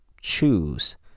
choose